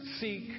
seek